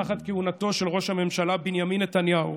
תחת כהונתו של ראש הממשלה בנימין נתניהו,